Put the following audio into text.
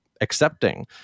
accepting